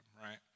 right